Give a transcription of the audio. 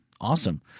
Awesome